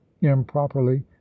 improperly